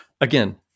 again